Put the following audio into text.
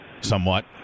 somewhat